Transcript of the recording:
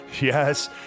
Yes